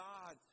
God